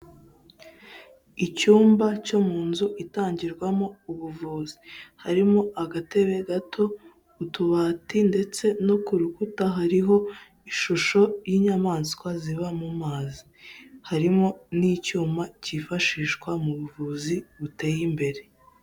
Icyumba cyo mu nzu itangirwamo ubuvuzi harimo agatebe gato utubati ndetse no ku rukuta hariho ishusho y'inyamaswa ziba mu mazi, harimo n'icyuma kifashishwa mu buvuzi buteye imbere.